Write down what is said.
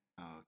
Okay